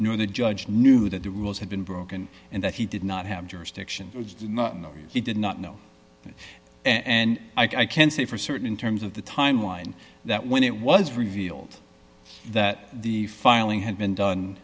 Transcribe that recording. nor the judge knew that the rules had been broken and that he did not have jurisdiction which did not know he did not know and i can't say for certain in terms of the timeline that when it was revealed that the filing had been done